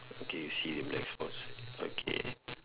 okay you see the black spots okay